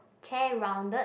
chair rounded